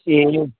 ए हो